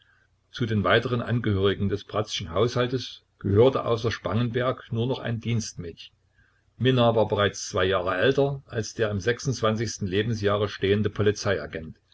zu den weiteren angehörigen des bratzschen haushaltes gehörte außer spangenberg nur noch ein dienstmädchen minna war bereits zwei jahre älter als der im lebensjahre stehende